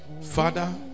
Father